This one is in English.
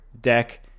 deck